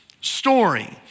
story